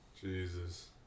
Jesus